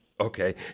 Okay